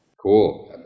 cool